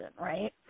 right